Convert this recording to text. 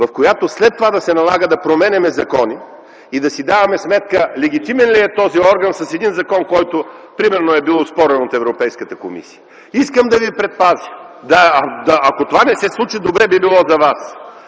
в която след това да се налага да променяме закони и да си даваме сметка легитимен ли е този орган с един закон, който, примерно, е бил оспорен от Европейската комисия. Искам да ви предпазя. (Реплика от ГЕРБ.) Ако това не се случи, би било добре за вас.